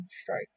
strike